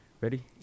ready